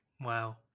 Wow